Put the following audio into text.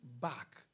back